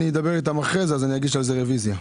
אדבר איתם אחרי כן, לכן אגיש על זה רביזיה.